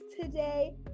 today